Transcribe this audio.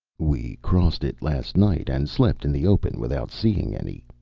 we crossed it last night, and slept in the open without seeing any,